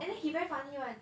and then he very funny [one]